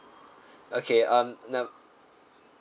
okay um ne~